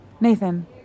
Nathan